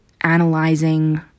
analyzing